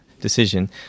decision